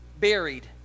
buried